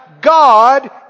God